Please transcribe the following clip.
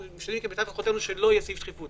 נעשה כמיטב יכולתנו שלא יהיה סעיף שקיפות.